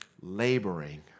laboring